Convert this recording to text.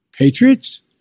Patriots